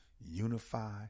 unify